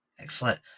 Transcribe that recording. Excellent